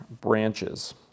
branches